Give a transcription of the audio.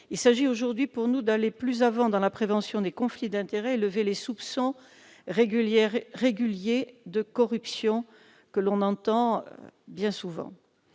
il s'agit aujourd'hui pour nous d'aller plus avant dans la prévention des conflits d'intérêts et de lever les soupçons réguliers de corruption. Les récentes échéances